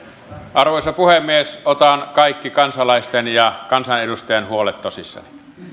arvoisa puhemies otan kaikki kansalaisten ja kansanedustajien huolet tosissani